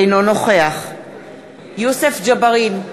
אינו נוכח יוסף ג'בארין,